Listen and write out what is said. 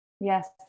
Yes